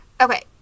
Okay